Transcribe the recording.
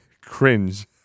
cringe